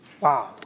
wow